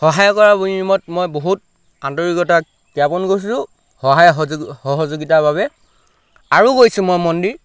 সহায় কৰাৰ বিনিময়ত মই বহুত আন্তৰিকতা জ্ঞাপন কৰিছোঁ সহায় সহযোগিতাৰ বাবে আৰু গৈছোঁ মই মন্দিৰ